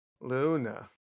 luna